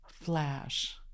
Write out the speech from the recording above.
flash